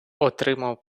отримав